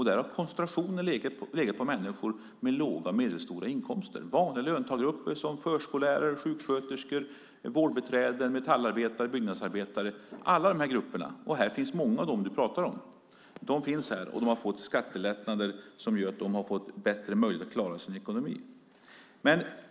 Där har koncentrationen legat på människor med låga och medelhöga inkomster. Det handlar om vanliga löntagargrupper som förskollärare, sjuksköterskor, vårdbiträden, metallarbetare, byggnadsarbetare. Alla dessa grupper - och här finns många av dem som Mikaela Valtersson talar om - har fått skattelättnader som innebär att de fått bättre möjligheter att klara sin ekonomi.